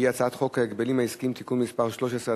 שהיא הצעת חוק ההגבלים העסקיים (תיקון מס' 13),